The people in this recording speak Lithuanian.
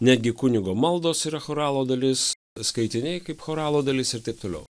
netgi kunigo maldos yra choralo dalis skaitiniai kaip choralo dalis ir taip toliau